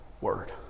word